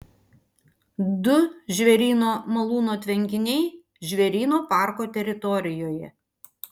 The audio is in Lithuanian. du žvėryno malūno tvenkiniai žvėryno parko teritorijoje